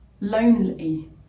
lonely